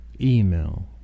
email